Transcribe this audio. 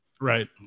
Right